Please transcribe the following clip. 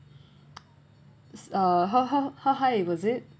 uh how how how high was it